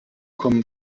kommen